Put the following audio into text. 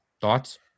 Thoughts